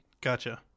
Gotcha